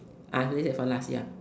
ah leave it for last ya